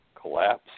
collapse